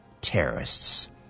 terrorists